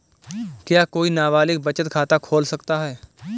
क्या कोई नाबालिग बचत खाता खोल सकता है?